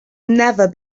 never